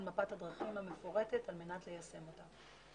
מפת הדרכים המפורטת על מנת ליישם אותה.